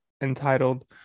entitled